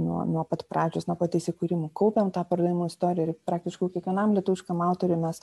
nuo nuo pat pradžios nuo pat įsikūrimo kaupiam tą pardavimų istoriją ir praktiškai jau kiekvienam lietuviškam autoriui mes